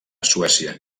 suècia